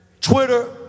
Twitter